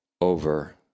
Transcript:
over